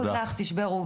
נציגת השיכון: